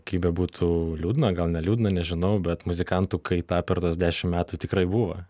kaip bebūtų liūdna gal ne liūdna nežinau bet muzikantų kaita per tuos dešim metų tikrai buva